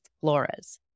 Flores